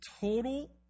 total